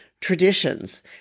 traditions